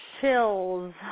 chills